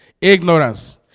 Ignorance